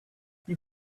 you